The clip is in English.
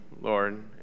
Lord